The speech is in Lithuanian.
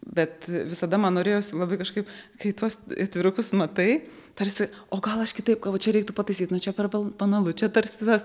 bet visada man norėjosi labai kažkaip kai tuos atvirukus matai tarsi o gal aš kitaip gal va čia reiktų pataisyt nu čia per ba banalu čia tarsi tas